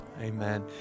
Amen